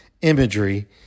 imagery